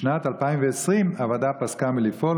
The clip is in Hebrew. בשנת 2020 הוועדה פסקה לפעול,